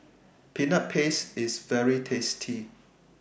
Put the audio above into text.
Peanut Paste IS very tasty